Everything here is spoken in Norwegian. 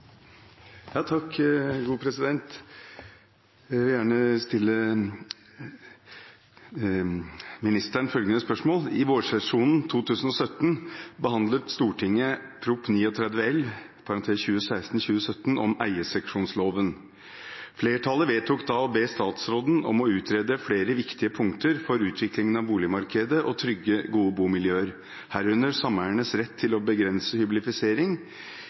Jeg vil gjerne stille ministeren følgende spørsmål: «I vårsesjonen 2017 behandlet Stortinget Prop. 39 L om eierseksjonsloven. Flertallet vedtok da å be statsråden om å utrede flere viktige punkter for utviklingen av boligmarkedet og trygge, gode bomiljøer, herunder sameiernes rett til å begrense